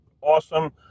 awesome